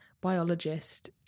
biologist